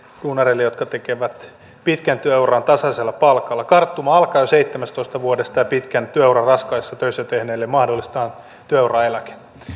duunareille jotka tekevät pitkän työuran tasaisella palkalla karttuma alkaa jo seitsemästätoista vuodesta ja pitkän työuran raskaissa töissä tehneille mahdollistetaan työuraeläke